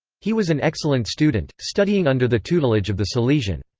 he was an excellent student, studying under the tutelage of the salesians.